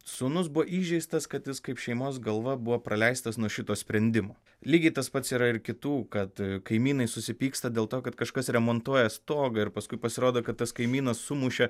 sūnus buvo įžeistas kad jis kaip šeimos galva buvo praleistas nuo šito sprendimo lygiai tas pats yra ir kitų kad kaimynai susipyksta dėl to kad kažkas remontuoja stogą ir paskui pasirodo kad tas kaimynas sumušė